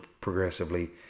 progressively